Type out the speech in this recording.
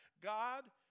God